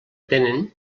tenen